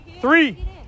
three